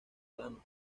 plano